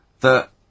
That-